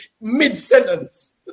mid-sentence